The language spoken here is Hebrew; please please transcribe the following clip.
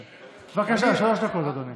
בבקשה, שלוש דקות, אדוני.